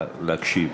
להקשיב.